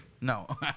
No